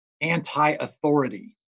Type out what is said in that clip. anti-authority